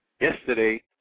Yesterday